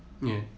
ya